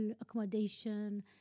accommodation